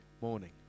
morning